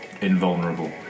invulnerable